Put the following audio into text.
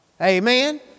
Amen